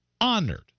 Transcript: honored